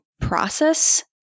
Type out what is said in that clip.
process